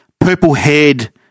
purple-haired